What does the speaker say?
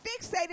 fixated